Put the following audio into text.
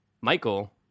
Michael